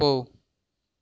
போ